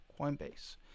Coinbase